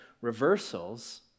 reversals